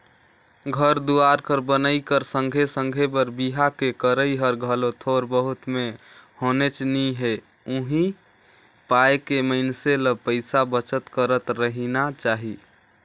घर दुवार कर बनई कर संघे संघे बर बिहा के करई हर घलो थोर बहुत में होनेच नी हे उहीं पाय के मइनसे ल पइसा बचत करत रहिना चाही